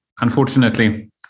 Unfortunately